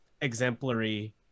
exemplary